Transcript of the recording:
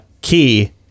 Key